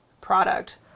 product